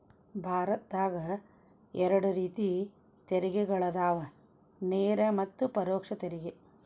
ಭಾರತದಾಗ ಎರಡ ರೇತಿ ತೆರಿಗೆಗಳದಾವ ನೇರ ಮತ್ತ ಪರೋಕ್ಷ ತೆರಿಗೆ